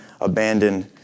abandoned